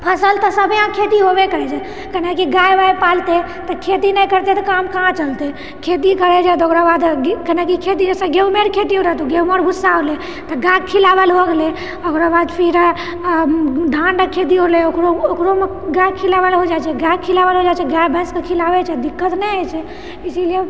फसल तऽ सबे यहाँ खेती होबे करैत छै किआकि गाए वाए पालतै तऽ खेती नहि करतै तऽ काम कहाँ चलतै खेती करैत छै तऽ ओकराबाद कनाकी खेती जैसे गेहूँमेके रऽ खेती रहतौ गेहूँ रऽ भुस्सा होलै तऽ गाय खिलाबैला हो गेलै ओकराबाद फिर धान रऽ खेती होलै ओकरो ओकरोमे गाय खिलाबैला हो जाइत छै गाय खिलबैला हो जाइत छै गाए भैंसके खिलाबैत छै दिकक्त नहि होइत छै इसीलिए